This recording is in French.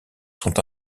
sont